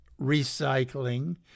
recycling